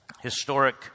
historic